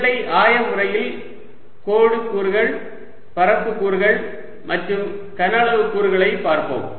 உருளை ஆய முறையில் கோடு கூறுகள் பரப்பு கூறுகள் மற்றும் கன அளவு கூறுகளைப் பார்ப்போம்